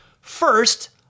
First